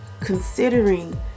considering